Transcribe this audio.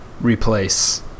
replace